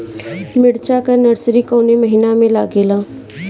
मिरचा का नर्सरी कौने महीना में लागिला?